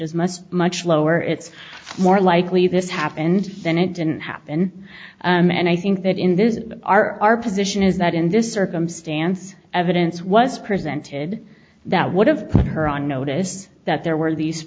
is must much lower it's more likely this happened then it didn't happen and i think that in this are our position is that in this circumstance evidence was presented that would have put her on notice that there were these